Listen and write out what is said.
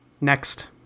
Next